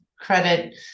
credit